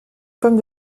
pommes